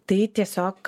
tai tiesiog